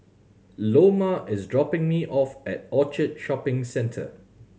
Loma is dropping me off at Orchard Shopping Centre